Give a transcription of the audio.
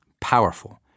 powerful